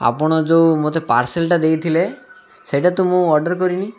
ଆପଣ ଯେଉଁ ମୋତେ ପାର୍ସଲଟା ଦେଇଥିଲେ ସେଇଟା ତ ମୁଁ ଅର୍ଡ଼ର କରିନି